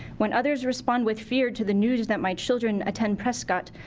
when others respond with fear to the news that my children attend prescott,